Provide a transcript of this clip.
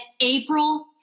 April